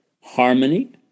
harmony